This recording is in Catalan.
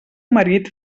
marit